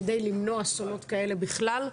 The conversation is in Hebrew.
כדי למנוע אסונות כאלה בכלל,